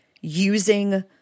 using